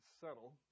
settle